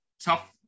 tough